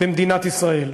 במדינת ישראל.